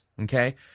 Okay